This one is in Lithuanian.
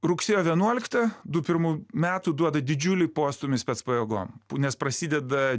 rugsėjo vienuolikta du pirmų metų duoda didžiulį postūmį spec pajėgom nes prasideda